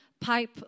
pipe